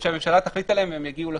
שהממשלה תחליט עליהן אם הן יגיעו לכנסת.